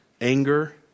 anger